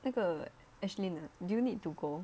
那个 ashlyn ah do you need to go